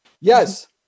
Yes